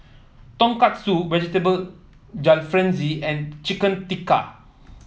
Tonkatsu Vegetable Jalfrezi and Chicken Tikka